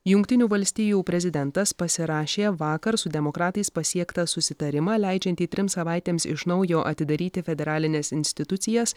jungtinių valstijų prezidentas pasirašė vakar su demokratais pasiektą susitarimą leidžiantį trims savaitėms iš naujo atidaryti federalines institucijas